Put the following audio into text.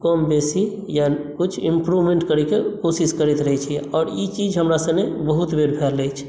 कम बेसी या कुछ इम्प्रूवमेंट करैके कोशिश करैत रहै छी आओर ई चीज हमरा सने बहुत बेर भेल अछि